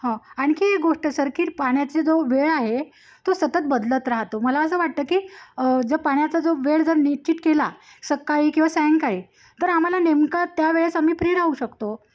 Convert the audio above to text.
ह आणखी एक गोष्ट सर की पाण्याची जो वेळ आहे तो सतत बदलत राहतो मला असं वाटतं की जर पाण्याचा जो वेळ जर निश्चित केला सकाळी किंवा सायंकाळी तर आम्हाला नेमकं त्या वेळेस आम्ही प्री राहू शकतो